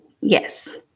Yes